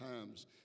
times